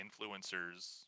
influencers